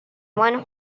one